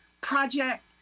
project